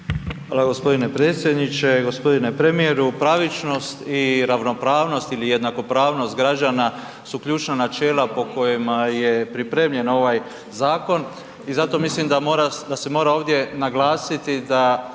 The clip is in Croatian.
Hvala g. predsjedniče, g. premijeru, pravičnost i ravnopravnost ili jednakopravnost građana su ključna načela po kojima je pripremljen ovaj zakon i zato mislim da mora, da se mora ovdje naglasiti da